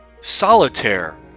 solitaire